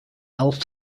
aleph